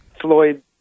Floyd